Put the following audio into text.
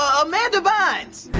um amanda bynes.